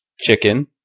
Chicken